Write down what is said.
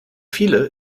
viele